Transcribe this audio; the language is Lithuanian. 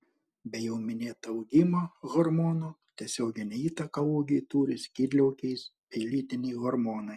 be jau minėto augimo hormono tiesioginę įtaką ūgiui turi skydliaukės bei lytiniai hormonai